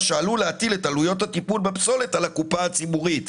מה שעלול להטיל את עלויות הטיפול בפסולת על הקופה הציבורית".